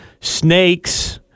Snakes